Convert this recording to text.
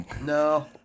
No